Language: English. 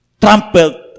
Trampled